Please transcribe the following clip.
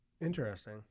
Interesting